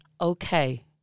okay